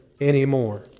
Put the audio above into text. anymore